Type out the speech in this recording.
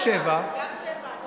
הצענו לו ל-7, זה נראה ייצוג סביר.